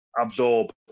absorb